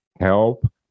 help